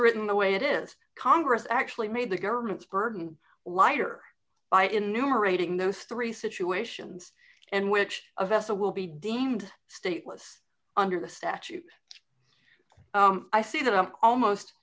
written the way it is congress actually made the government's burden lighter by in numerate in those three situations in which a vessel will be deemed stateless under the statute i see that up almost